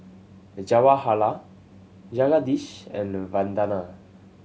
Jawaharlal Jagadish and Vandana